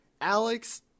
Alex